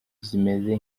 zimeze